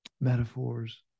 metaphors